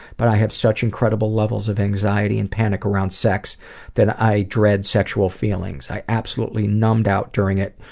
but i have such incredible levels of anxiety and panic around sex that i dread sexual feelings. i absolutely numbed out during it,